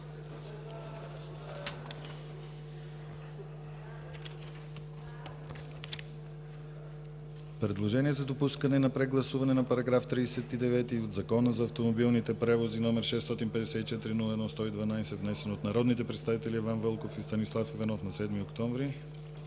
предложението за допускане на прегласуване в пленарната зала на § 39 от Закона за автомобилните превози, № 654 01-112, внесен от народните представители Иван Вълков и Станислав Иванов на 7 октомври,